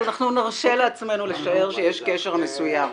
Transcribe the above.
אנחנו נרשה לעצמנו לשער שיש קשר מסוים.